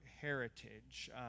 heritage